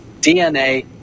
DNA